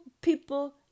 people